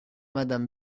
madame